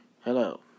Hello